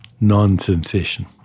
non-sensation